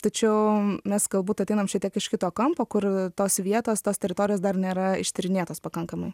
tačiau mes galbūt ateinam šitiek iš kito kampo kur tos vietos tos teritorijos dar nėra ištyrinėtos pakankamai